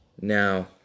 Now